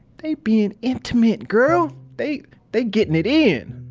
they being intimate girl. they they gettin' it in.